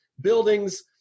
buildings